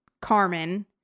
Carmen